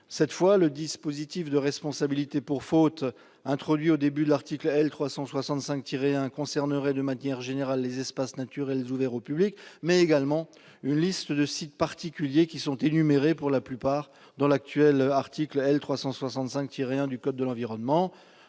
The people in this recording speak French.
Cette fois, le dispositif de responsabilité pour faute, introduit au début de l'article L. 365-1, concernerait, de manière générale, non seulement les espaces naturels ouverts au public, mais encore une liste de sites particuliers, énumérés pour la plupart dans l'actuel article L. 365-1 du code de l'environnement.